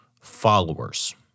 followers